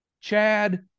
Chad